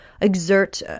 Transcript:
exert